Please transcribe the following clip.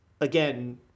again